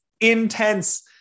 intense